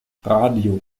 radio